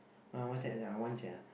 ah that sia I want sia